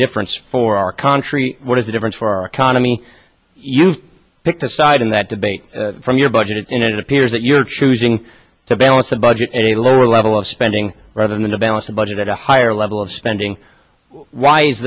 difference for our country what is the difference for our economy you've picked a side in that debate from your budget appears that you're choosing to balance the budget at a lower level of spending rather than to balance the budget at a higher level of spending why is